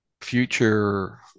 future